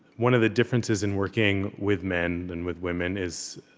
one of the differences in working with men than with women is,